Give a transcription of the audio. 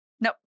Nope